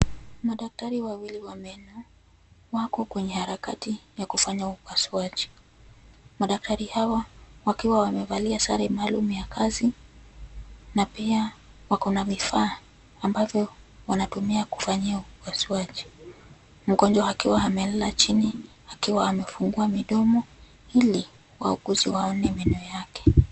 Madaktari wawili wa meno, wako kwenye harakati wa kufanya upasuaji. Madaktari hawa, wakiwa wamevalia sare maalumu ya kazi, na pia wako na vifaa, ambavyo wanatumia kufanyia upasuaji. Mgonjwa akiwa amelala chini, akiwa amefungua midomo, ili wauguzi wao ni meno yake.